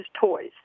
toys